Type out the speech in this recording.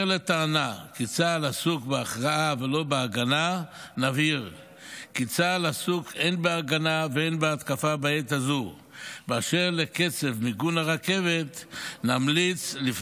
3. באשר לטענה כי צה"ל עסוק בהכרעה ולא בהגנה,